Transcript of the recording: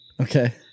Okay